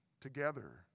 together